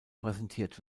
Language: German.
präsentiert